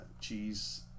cheese